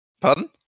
Pardon